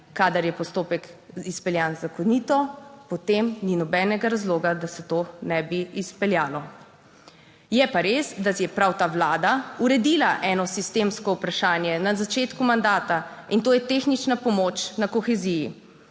kadar je postopek izpeljan zakonito potem ni nobenega razloga, da se to ne bi izpeljalo. Je pa res, da je prav ta vlada uredila eno sistemsko vprašanje na začetku mandata in to je tehnična pomoč na koheziji.